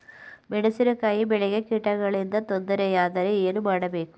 ಮೆಣಸಿನಕಾಯಿ ಬೆಳೆಗೆ ಕೀಟಗಳಿಂದ ತೊಂದರೆ ಯಾದರೆ ಏನು ಮಾಡಬೇಕು?